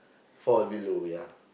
fall below ya